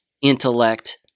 intellect